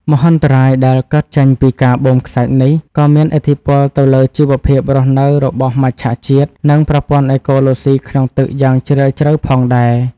មហន្តរាយដែលកើតចេញពីការបូមខ្សាច់នេះ ក៏មានឥទ្ធិពលទៅលើជីវភាពរស់នៅរបស់មច្ឆជាតិ និងប្រព័ន្ធអេកូឡូស៊ីក្នុងទឹកយ៉ាងជ្រាលជ្រៅផងដែរ។